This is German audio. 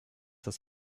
das